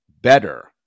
better